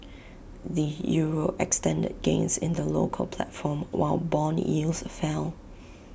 the euro extended gains in the local platform while Bond yields fell